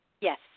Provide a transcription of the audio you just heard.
Yes